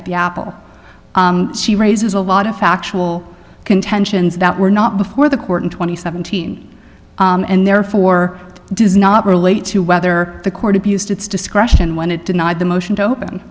at the apple she raises a lot of factual contentions that were not before the court in twenty seventeen and therefore does not relate to whether the court abused its discretion when it denied the motion to open